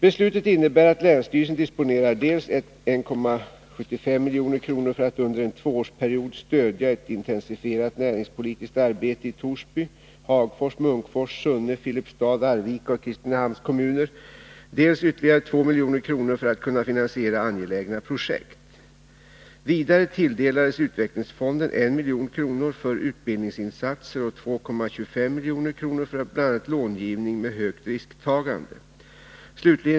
Beslutet innebär att länsstyrelsen disponerar dels 1,75 milj.kr. för att under en tvåårsperiod stödja ett intensifierat näringspolitiskt arbete i Torsby, Hagfors, Munkfors, Sunne, Filipstad, Arvika och Kristinehamns kommuner, dels ytterligare 2 milj.kr. för att kunna finansiera angelägna projekt. Vidare tilldelas utvecklingsfonden 1 milj.kr. för utbildningsinsatser och 2,25 milj.kr. för bl.a. långivning med högt risktagande.